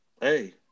hey